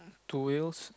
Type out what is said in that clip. two wheels